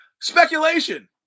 Speculation